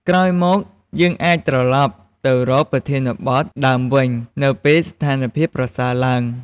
ក្រោយមក យើងអាចត្រឡប់ទៅរកប្រធានបទដើមវិញនៅពេលស្ថានភាពប្រសើរឡើង។